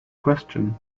question